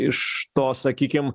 iš to sakykim